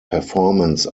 performance